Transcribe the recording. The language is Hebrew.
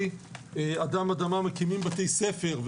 הממלכתי אדם ואדמה מקימים בתי ספר,